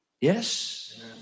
yes